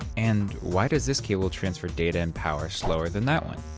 and why does this cable transfer data and power slower than that one?